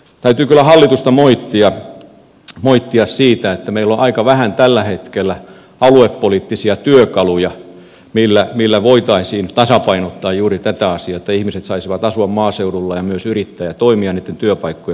täytyy kyllä hallitusta moittia siitä että meillä on aika vähän tällä hetkellä aluepoliittisia työkaluja millä voitaisiin tasapainottaa juuri tätä asiaa että ihmiset saisivat asua maaseudulla ja myös yrittää ja toimia niitten työpaikkojen puitteissa